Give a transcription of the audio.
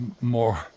more